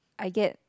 I get